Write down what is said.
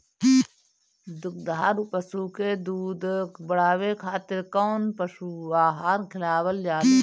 दुग्धारू पशु के दुध बढ़ावे खातिर कौन पशु आहार खिलावल जाले?